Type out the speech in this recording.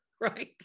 right